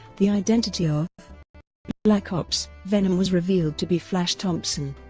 the identity ah of black ops venom was revealed to be flash thompson.